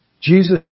Jesus